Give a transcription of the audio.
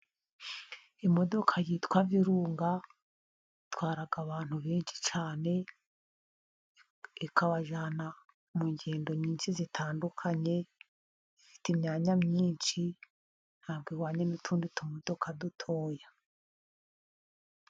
Imodoka yitwa virunga itwara abantu benshi cyane, ikabajyana mu ngendo nyinshi zitandukanye. Ifite imyanya myinshi ntabwo ihwanye n' utundi tumodoka dutoya.